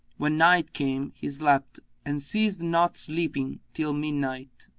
when night came he slept and ceased not sleeping till midnight,